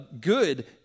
good